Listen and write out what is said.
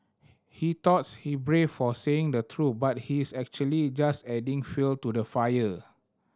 he thoughts he brave for saying the truth but he is actually just adding fuel to the fire